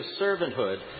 servanthood